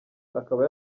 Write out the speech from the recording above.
akaba